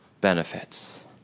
benefits